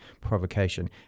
provocation